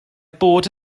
bod